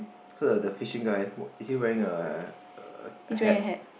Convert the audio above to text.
so the the fishing guy what is he wearing err a hat